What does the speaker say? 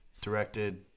Directed